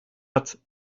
hat